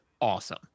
awesome